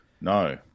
No